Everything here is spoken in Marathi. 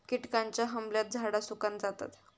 किटकांच्या हमल्यात झाडा सुकान जातत